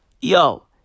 yo